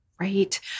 right